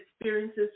experiences